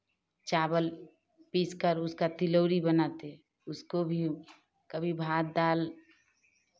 चावल पीस कर उसका तिलौरी बनाते उसको भी कभी भात दाल